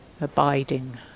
abiding